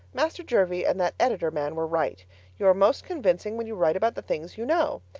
master jervie and that editor man were right you are most convincing when you write about the things you know.